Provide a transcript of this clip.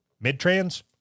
mid-trans